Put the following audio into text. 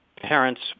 parents